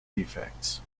defects